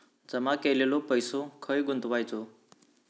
जमा केलेलो पैसो खय गुंतवायचो?